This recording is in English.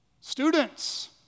students